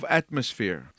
atmosphere